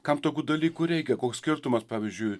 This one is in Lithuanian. kam tokių dalykų reikia koks skirtumas pavyzdžiui